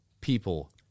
people